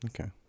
Okay